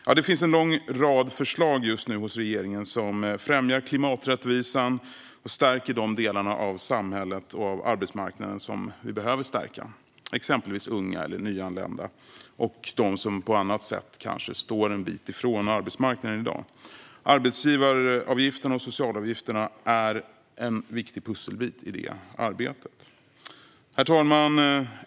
Det finns just nu en lång rad förslag hos regeringen som främjar klimaträttvisan och stärker de delar av samhället och av arbetsmarknaden som vi behöver stärka, exempelvis unga och nyanlända och dem som på annat sätt står en bit från dagens arbetsmarknad. Arbetsgivaravgifterna och socialavgifterna är en viktig pusselbit i det arbetet. Herr talman!